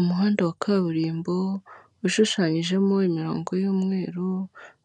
Umuhanda wa kaburimbo ushushanyijemo imirongo y'umweru,